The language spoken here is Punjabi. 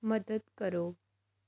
ਮਦਦ ਕਰੋ